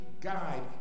guide